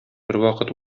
бервакыт